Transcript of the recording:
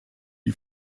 die